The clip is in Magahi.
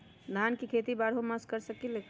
धान के खेती बारहों मास कर सकीले का?